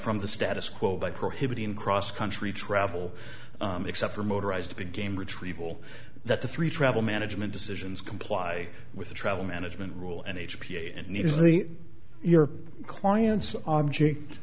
from the status quo by prohibiting cross country travel except for motorized to be game retrieval that the three travel management decisions comply with the travel management rule and h p a and neither is the your client's object